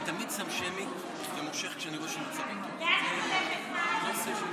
חבל, אבל בסדר.